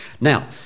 Now